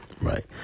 right